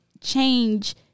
change